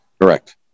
Correct